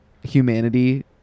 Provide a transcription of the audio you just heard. humanity